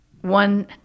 one